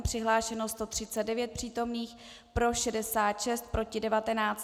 Přihlášeno 139 přítomných, pro 66, proti 19.